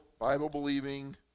Bible-believing